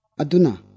Aduna